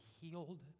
healed